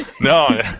No